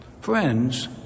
Friends